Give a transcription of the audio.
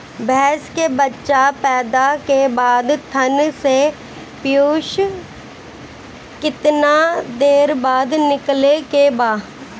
भैंस के बच्चा पैदा के बाद थन से पियूष कितना देर बाद निकले के बा?